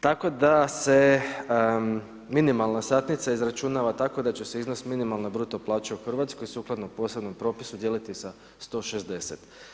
Tako da se minimalna satnica izračunava tako da će se iznos minimalna bruto plaća u Hrvatskoj sukladno posebnom propisu dijeliti sa 160.